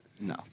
No